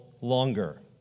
longer